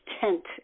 tent